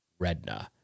redna